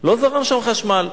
לא זרם שם חשמל.